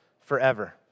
forever